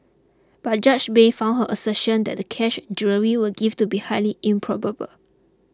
but Judge Bay found her assertion that the cash jewellery were gifts to be highly improbable